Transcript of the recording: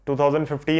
2015